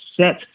set